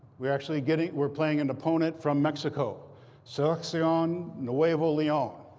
we're actually getting we're playing an opponent from mexico seleccion nuevo leon.